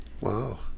Wow